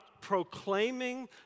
proclaiming